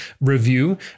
review